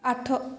ଆଠ